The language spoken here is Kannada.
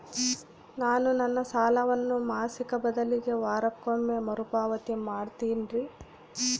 ನಾನು ನನ್ನ ಸಾಲವನ್ನು ಮಾಸಿಕ ಬದಲಿಗೆ ವಾರಕ್ಕೊಮ್ಮೆ ಮರುಪಾವತಿ ಮಾಡ್ತಿನ್ರಿ